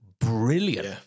brilliant